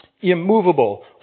immovable